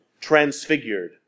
transfigured